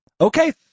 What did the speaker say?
okay